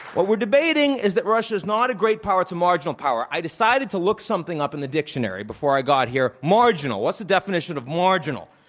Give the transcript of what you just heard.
what we're debating is that russia's not a great power, it's a marginal power. i decided to look something up in the dictionary before i got here. marginal, what's the definition of marginal?